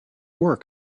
work